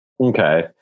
Okay